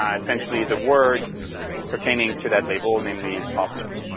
ah essentially the word pertaining to that label, namely positive.